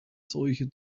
seuche